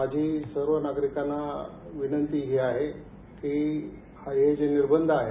माझी सर्व नागरिकांना विनंती ही आहे की हे जे निर्बंध आहेत